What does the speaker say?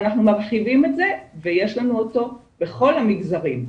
ואנחנו מרחיבים את זה ויש לנו אותו בכל המגזרים,